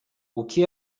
que